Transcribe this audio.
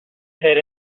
hid